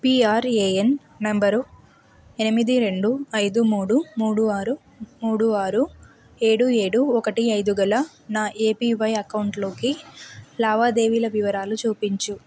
PRAN number ఎనిమిది రెండు ఐదు మూడు మూడు ఆరు మూడు ఆరు ఏడు ఏడు ఒకటి ఐదు గల నా ఏపీవై అకౌంటులోకి లావాదేవీల వివరాలు చూపించు